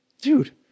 Dude